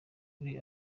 kuri